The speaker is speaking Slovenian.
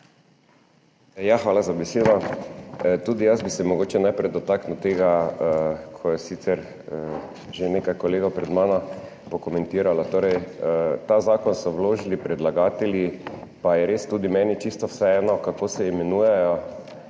Hvala za besedo. Tudi jaz bi se mogoče najprej dotaknil tega, kar je sicer že nekaj kolegov pred mano pokomentiralo. Ta zakon so vložili predlagatelji, pa je res tudi meni čisto vseeno, kako se imenuje,